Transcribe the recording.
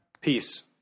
Peace